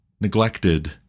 neglected